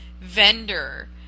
vendor